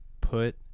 put